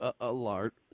alert